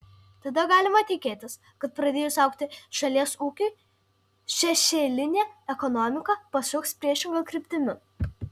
tada galima tikėtis kad pradėjus augti šalies ūkiui šešėlinė ekonomika pasuks priešinga kryptimi